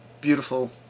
beautiful